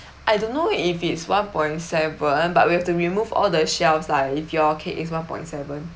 I don't know if it's one point seven but we have to remove all the shelves lah if your cake is one point seven